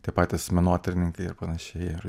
tie patys menotyrininkai ir panašiai ir